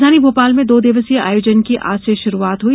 राजधानी भोपाल में दो दिवसीय आयोजन की आज से शुरूआत हुई